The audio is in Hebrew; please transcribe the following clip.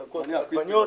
ירקות: עגבניות,